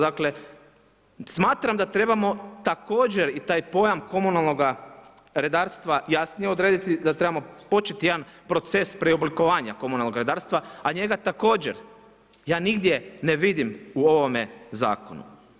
Dakle, smatram da trebamo također i taj pojam komunalnoga redarstva jasnije odrediti, da trebamo početi jedan proces preoblikovanja komunalnog redarstva, a njega također ja nigdje ne vidim u ovome zakonu.